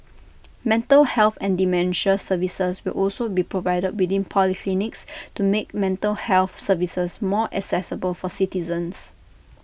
mental health and dementia services will also be provided within polyclinics to make mental health services more accessible for citizens